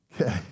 okay